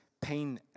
pain